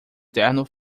terno